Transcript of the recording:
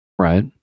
right